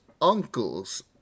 uncle's